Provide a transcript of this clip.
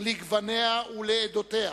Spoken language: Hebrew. לגווניה ולעדותיה,